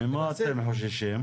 ממה אתם חוששים?